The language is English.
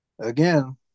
Again